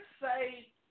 say